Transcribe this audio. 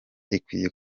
ikwiye